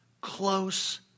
close